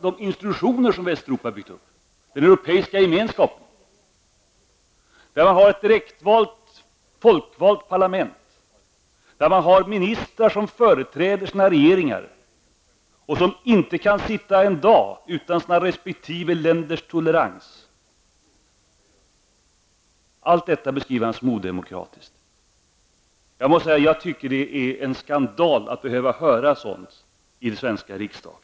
De institutioner som Västeuropa har bygg upp och den europeiska gemenskapen -- där man har ett direktvalt och folkvalt parlament och ministrar som företräder sina regeringar och som inte kan sitta en dag utan sina resp. länders tolerans -- beskriver han som odemokratiskt. Det är en skandal att man skall behöva höra sådant i den svenska riksdagen.